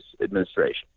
administration